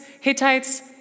Hittites